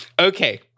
Okay